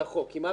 כי מה היא אומרת